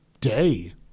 day